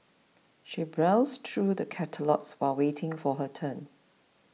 she browsed through the catalogues while waiting for her turn